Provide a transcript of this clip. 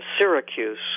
Syracuse